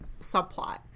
subplot